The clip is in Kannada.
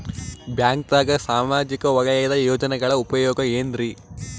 ಬ್ಯಾಂಕ್ದಾಗ ಸಾಮಾಜಿಕ ವಲಯದ ಯೋಜನೆಗಳ ಉಪಯೋಗ ಏನ್ರೀ?